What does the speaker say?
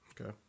Okay